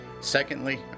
Secondly